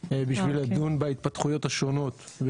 צפוי לקום צוות בשביל לדון בהתפתחויות השונות,